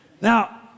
Now